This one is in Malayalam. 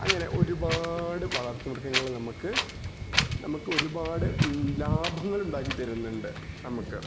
അങ്ങനെ ഒരുപാട് വളർത്തു മൃഗങ്ങള് നമുക്ക് നമുക്കൊരുപാട് ലാഭങ്ങളുണ്ടാക്കി തരുന്നുണ്ട് നമുക്ക്